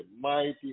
mighty